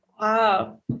Wow